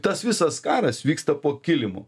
tas visas karas vyksta po kilimu